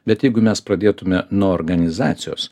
bet jeigu mes pradėtume nuo organizacijos